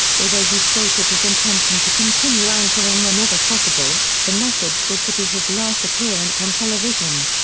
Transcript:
although he stated his intention to continue anchoring whenever possible, the message was to be his last appearance on television.